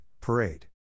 Parade